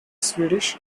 swedish